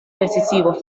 decisivos